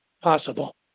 possible